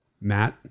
Matt